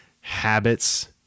habits